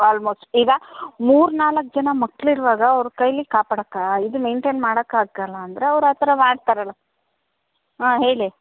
almost ಈಗ ಮೂರು ನಾಲ್ಕು ಜನ ಮಕ್ಕಳಿರುವಾಗ ಅವ್ರ ಕೈಯಲ್ಲಿ ಕಾಪಾಡಕ್ಕೆ ಆ ಇದು ಮೇಯ್ನ್ಟೇನ್ ಮಾಡಕ್ಕೆ ಆಗಲ್ಲ ಅಂದರೆ ಅವ್ರು ಆ ಥರ ಮಾಡ್ತಾರಲ್ಲ ಹಾಂ ಹೇಳಿ